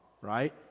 right